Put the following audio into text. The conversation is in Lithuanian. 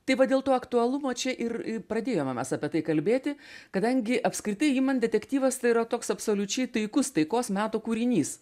tai va dėl to aktualumo čia ir pradėjome mes apie tai kalbėti kadangi apskritai imant detektyvas tai yra toks absoliučiai taikus taikos meto kūrinys